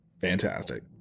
Fantastic